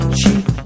cheap